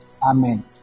Amen